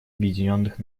объединенных